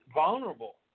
vulnerable